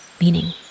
meaning